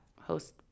host